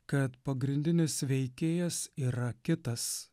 kad pagrindinis veikėjas yra kitas